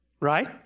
Right